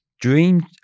Dream